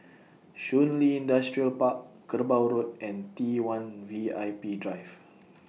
Shun Li Industrial Park Kerbau Road and T one V I P Drive